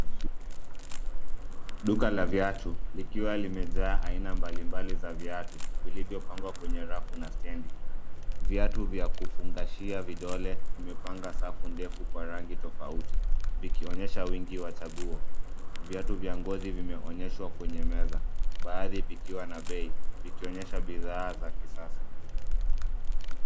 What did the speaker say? Duka la viatu likiwa limejaa aina mbalimbali za viatu vilivyopangwa kwenye rafu na stendi. Viatu vya kufungashia vidole vimepanga safu ndefu kwa rangi tofauti, vikionyesha wingi wa chaguo. Viatu vya ngozi vimeonyeshwa kwenye meza , baadhi vikiwa na bei, vikionyesha bidhaa za kisasa.